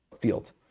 field